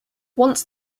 once